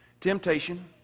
temptation